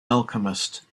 alchemist